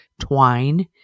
twine